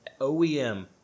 OEM